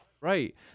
Right